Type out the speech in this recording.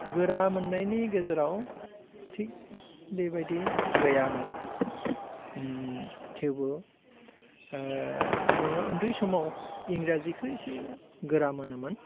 गोरा मोन्नायनि गेजेराव थिग बेबायदि गैयामोन थेवबो जोङो उन्दै समाव इंराजिखौ एसे गोरा मोनोमोन